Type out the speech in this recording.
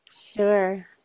sure